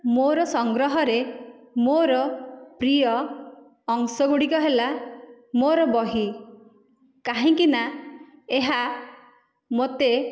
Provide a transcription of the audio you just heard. ମୋର ସଂଗ୍ରହରେ ମୋର ପ୍ରିୟ ଅଂଶଗୁଡିକ ହେଲା ମୋର ବହି କାହିଁକିନା ଏହା ମୋତେ